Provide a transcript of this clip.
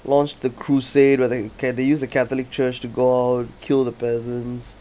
launched the crusade can can they use a catholic church to go kill the peasants